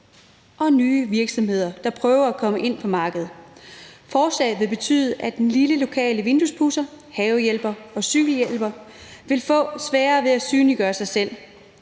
og nye virksomheder, der prøver at komme ind på markedet. Forslaget vil betyde, at den lille lokale vinduespudser, havehjælper og cykelhjælper vil få sværere ved at synliggøre sig.